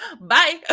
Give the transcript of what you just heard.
Bye